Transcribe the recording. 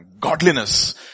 godliness